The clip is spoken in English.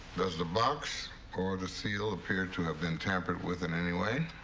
does the box or the seal appear to have been tampered with in any way?